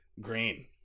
Green